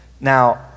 Now